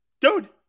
Dude